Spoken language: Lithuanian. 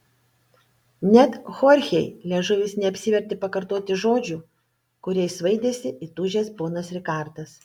net chorchei liežuvis neapsivertė pakartoti žodžių kuriais svaidėsi įtūžęs ponas rikardas